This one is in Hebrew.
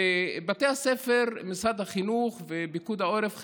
ובתי הספר, משרד החינוך ופיקוד העורף חייבים,